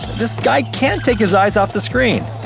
this guy can't take his eyes off the screen!